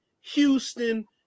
Houston